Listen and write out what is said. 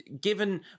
given